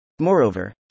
Moreover